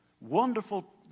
wonderful